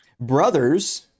Brothers